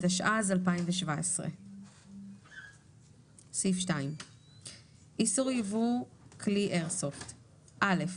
התשע"ז 2017. איסור ייבוא כלי איירסופט (א)